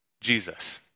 Jesus